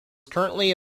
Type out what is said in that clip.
currently